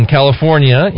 California